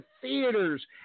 theaters